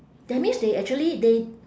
that means they actually they